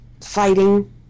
fighting